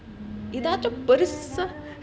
ஏதாச்சும் பெரிசா:ethaachum perisa